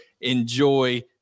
enjoy